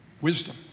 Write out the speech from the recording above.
wisdom